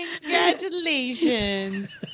Congratulations